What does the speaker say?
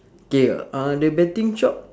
K uh the betting shop